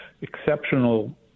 exceptional